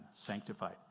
sanctified